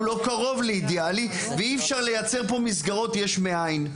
הוא לא קרוב לאידיאלי ואי אפשר לייצר פה מסגרות יש מאין.